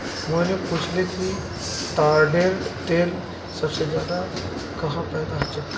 मोहिनी पूछाले कि ताडेर तेल सबसे ज्यादा कुहाँ पैदा ह छे